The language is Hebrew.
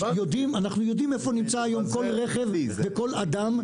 אנחנו יודעים היום איפה נמצא כל רכב וכל אדם.